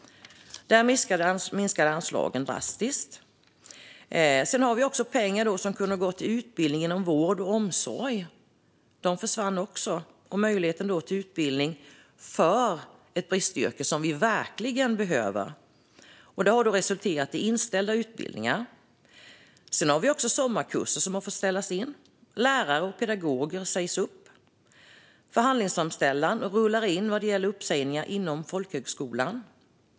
Pengar som kunde ha gått till utbildning inom vård och omsorg försvann också. Det har resulterat i inställda utbildningar till bristyrken som vi verkligen behöver. Sommarkurser har fått ställas in. Lärare och pedagoger sägs upp. Förhandlingsframställningarna rullar in vad gäller uppsägningar inom folkhögskolan.